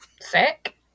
Sick